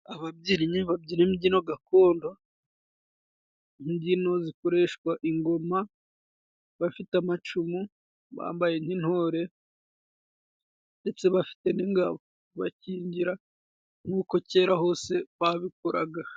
Ababyinyi babyina imbyino gakondo imbyino zikoreshwa ingoma, bafite amacumu bambaye nk'intore ndetse bafite n'ingabo bakingira nk'uko kera hose babikoraga.